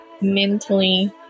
mentally